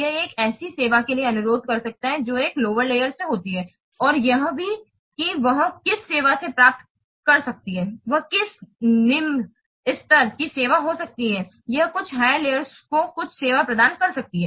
यह एक ऐसी सेवा के लिए अनुरोध कर सकता है जो एक लोअर लेयर्स से होती है और यह भी कि वह किस सेवा से प्राप्त कर सकती है वह किस निम्न स्तर की सेवा हो सकती है यह कुछ हायर लेयर्स को कुछ सेवा प्रदान कर सकती है